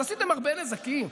אז עשיתם הרבה נזקים.